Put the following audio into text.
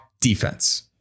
defense